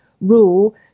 rule